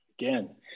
Again